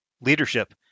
leadership